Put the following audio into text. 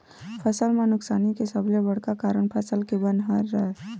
फसल म नुकसानी के सबले बड़का कारन फसल के बन ह हरय